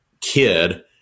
kid